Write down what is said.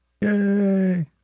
Yay